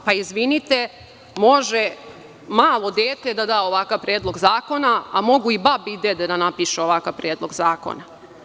Pa, izvinite, može malo dete da da ovakav predlog zakona, a mogu i babe i dede da napišu ovakav predlog zakona.